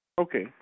Okay